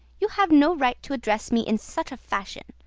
you have no right to address me in such a fashion.